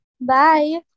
bye